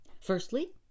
Firstly